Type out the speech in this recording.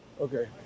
Okay